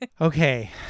Okay